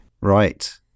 right